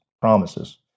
promises